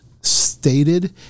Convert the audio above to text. stated